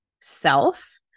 self